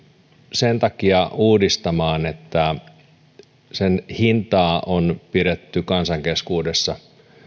sen takia uudistamaan että kortin hintaa on pidetty kansan keskuudessa